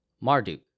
Marduk